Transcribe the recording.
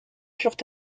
furent